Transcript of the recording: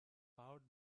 powered